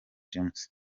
james